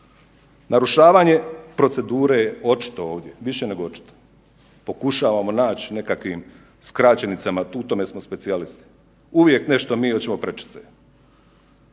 Narušavanje procedure je ovdje, više nego očito. Pokušavamo nać nekakvim skraćenicama u tome smo specijalisti, uvijek nešto mi hoćemo prečice.